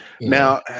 Now